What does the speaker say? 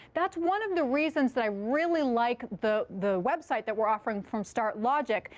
that's one of the reasons that i really like the the website that we're offering from startlogic,